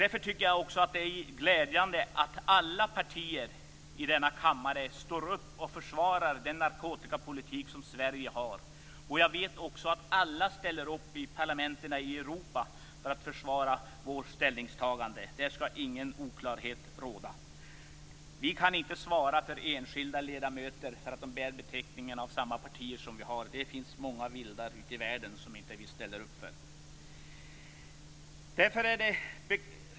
Därför tycker jag att det är glädjande att alla partier i denna kammare står upp och försvarar den narkotikapolitik som Sverige för. Jag vet också att alla ställer upp i Europaparlamentet för att försvara vårt ställningstagande. Här skall ingen oklarhet råda. Vi kan inte svara för enskilda ledamöter bara därför att de bär samma partibeteckningar som vi gör. Det finns många vildar ute i världen som vi inte ställer upp för.